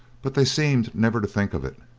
but they seemed never to think of it.